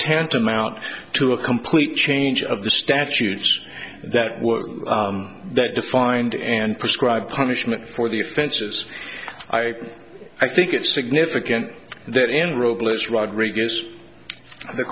tantamount to a complete change of the statutes that were that defined and prescribe punishment for the offenses i think it's significant that in rootless rodriguez the